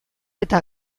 eta